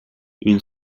une